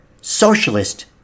Socialist